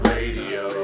Radio